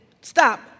stop